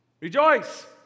Rejoice